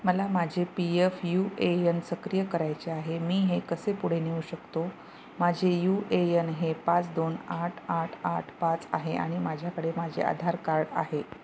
मला माझे P F U A N सक्रिय करायचे आहे मी हे कसे पुढे नेऊ शकतो माझे यू ए एन हे पाच दोन आठ आठ आठ पाच आहे आणि माझ्याकडे माझे आधार कार्ड आहे